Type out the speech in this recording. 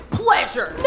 pleasure